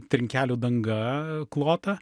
trinkelių danga klotą